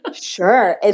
Sure